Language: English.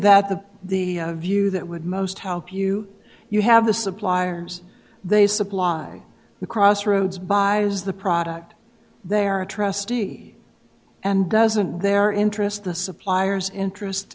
that the the view that would most help you you have the suppliers they supply the crossroads buy is the product there a trustee and doesn't their interest the suppliers interest